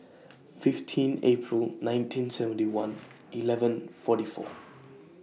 fifteen April nineteen seventy one eleven forty four